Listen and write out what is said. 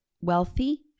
wealthy